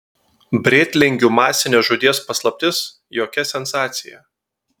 brėtlingių masinės žūties paslaptis jokia sensacija